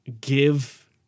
give